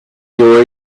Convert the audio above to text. your